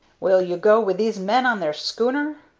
will you go with these men on their schooner?